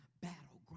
battleground